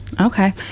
Okay